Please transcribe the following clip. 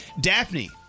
Daphne